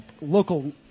local